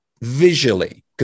visually